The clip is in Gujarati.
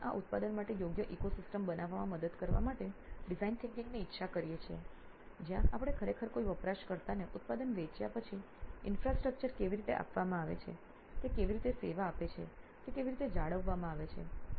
અમે પણ આ ઉત્પાદન માટે યોગ્ય ઇકોસિસ્ટમ બનાવવામાં મદદ કરવા માટે ડિઝાઇન વિચારસરણીની ઇચ્છા કરીએ છીએ જ્યાં આપણે ખરેખર કોઈ વપરાશકર્તાને ઉત્પાદન વેચ્યા પછી ઈન્ફ્રાસ્ટ્રક્ચર તેમને કેવી રીતે આપવામાં આવે છે તે કેવી રીતે સેવા આપે છે તે કેવી રીતે જાળવવામાં આવે છે